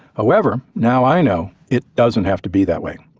however, now i know it doesn't have to be that way.